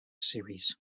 series